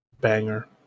Banger